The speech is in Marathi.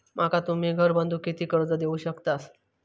माका तुम्ही घर बांधूक किती कर्ज देवू शकतास?